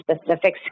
specific